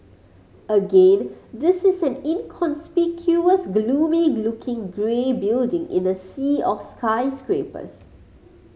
again this is an inconspicuous gloomy looking grey building in a sea of skyscrapers